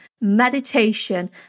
meditation